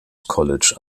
college